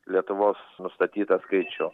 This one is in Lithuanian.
lietuvos nustatytą skaičių